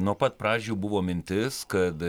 nuo pat pradžių buvo mintis kad